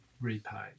repaid